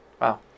Wow